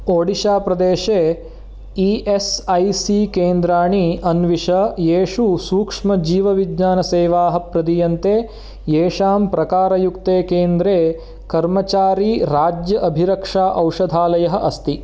ओडिशाप्रदेशे E S I C केन्द्राणि अन्विष येषु सूक्ष्मजीवविज्ञानसेवाः प्रदीयन्ते येषां प्रकारयुक्ते केन्द्रे कर्मचारीराज्य अभिरक्षा औषधालयः अस्ति